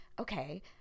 okay